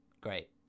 great